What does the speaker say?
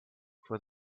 vor